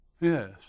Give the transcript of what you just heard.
Yes